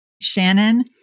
Shannon